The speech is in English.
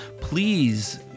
please